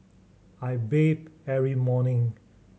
I bathe every morning